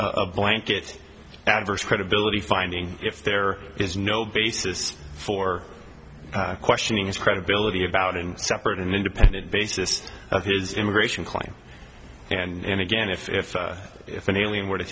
blanket adverse credibility finding if there is no basis for questioning his credibility about in separate and independent basis of his immigration claim and again if if an alien were to